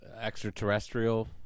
Extraterrestrial